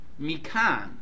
mikan